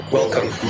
Welcome